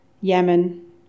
Yemen